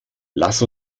lass